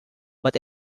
but